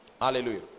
Hallelujah